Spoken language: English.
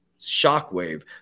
shockwave